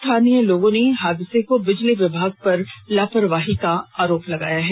स्थानीय ग्रामीणों ने हादसे को बिजली विभाग पर लापरवाही का आरोप लगाया है